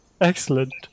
Excellent